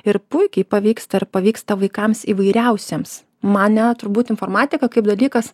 ir puikiai pavyksta ir pavyksta vaikams įvairiausiems man net turbūt informatika kaip dalykas